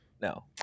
No